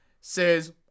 says